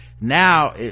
now